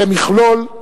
כמכלול,